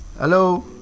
Hello